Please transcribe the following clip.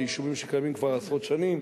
ושמדובר ביישובים שקיימים כבר עשרות שנים,